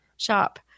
shop